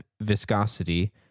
viscosity